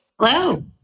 Hello